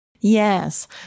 Yes